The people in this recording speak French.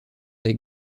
des